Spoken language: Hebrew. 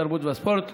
התרבות והספורט,